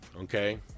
okay